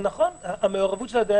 יש נכונות למעורבות של הדיינים,